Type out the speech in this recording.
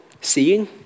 seeing